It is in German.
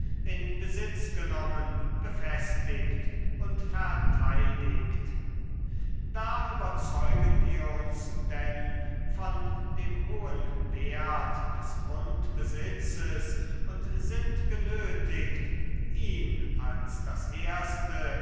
in besitz genommen befestigt und verteidigt da überzeugen wir uns denn von dem hohen wert des grundbesitzes und sind genötigt ihn als das erste